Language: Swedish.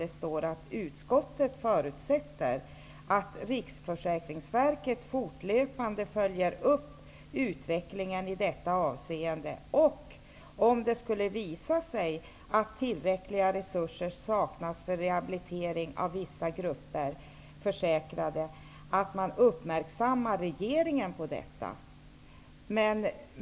Det står så här: ''Utskottet förutsätter att Riksförsäkringsverket fortlöpande följer upp utvecklingen i detta avseende och, om det skulle visa sig att tillräckliga resurser saknas för rehabilitering av vissa grupper försäkrade, uppmärksammar regeringen på detta.''